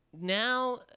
Now